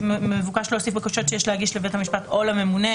מבוקש להוסיף "בקשות שיש להגיש לבית המשפט או לממונה